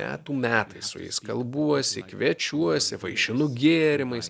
metų metais su jais kalbuosi kviečiuosi vaišinu gėrimais